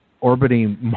orbiting